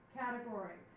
category